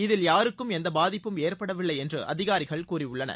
இதில் யாருக்கும் எந்த பாதிப்பும் ஏற்படவில்லை என்று அதிகாரிகள் கூறியுள்ளனர்